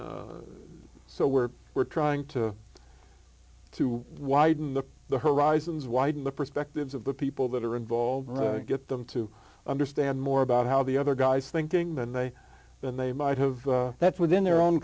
you so we're we're trying to to widen the the horizons widen the perspectives of the people that are involved and get them to understand more about how the other guys thinking than they than they might have that within their own